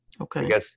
Okay